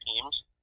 teams